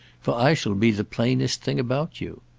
for i shall be the plainest thing about you.